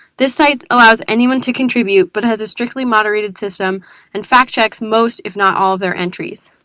this site allows anyone to contribute, but has a strictly moderated system and fact checks most, if not all, of their entries.